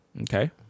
Okay